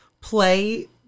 play